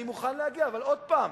אני מוכן להגיע, אבל עוד פעם,